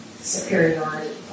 superiority